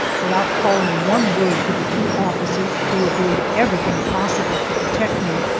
without calling one word to the two officers who were doing everything possible to protect me,